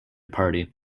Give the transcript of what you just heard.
party